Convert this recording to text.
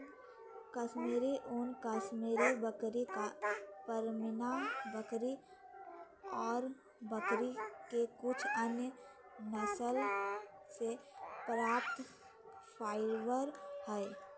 कश्मीरी ऊन, कश्मीरी बकरी, पश्मीना बकरी ऑर बकरी के कुछ अन्य नस्ल से प्राप्त फाइबर हई